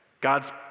God's